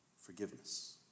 forgiveness